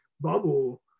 bubble